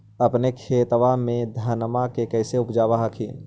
अपने खेतबा मे धन्मा के कैसे उपजाब हखिन?